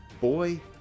boy